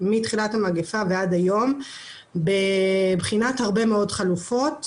מתחילת המגפה ועד היום בבחינת הרבה מאוד חלופות